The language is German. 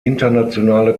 internationale